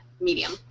medium